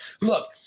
Look